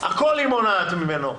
הכול היא מונעת ממנו,